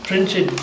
Printed